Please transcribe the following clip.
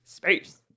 Space